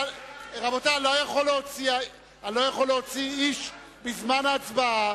יכול להוציא איש בזמן ההצבעה,